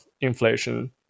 inflation